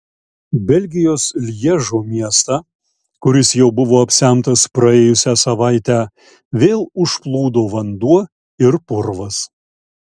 belgijos lježo miestą kuris jau buvo apsemtas praėjusią savaitę vėl užplūdo vanduo ir purvas